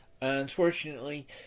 unfortunately